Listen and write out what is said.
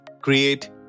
create